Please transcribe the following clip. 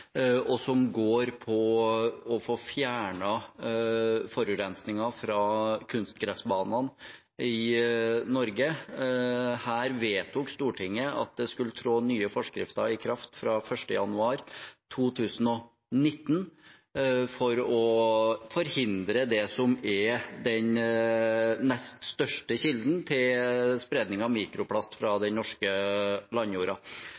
i Norge. Her vedtok Stortinget at nye forskrifter skulle tre i kraft fra 1. januar 2019 for å forhindre det som er den neststørste kilden til spredning av mikroplast på den norske landjorda.